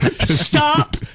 Stop